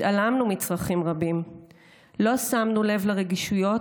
התעלמנו מצרכים רבים ולא שמנו לב לרגישויות